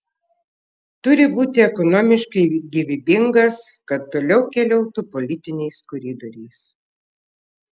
turi būti ekonomiškai gyvybingas kad toliau keliautų politiniais koridoriais